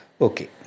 Okay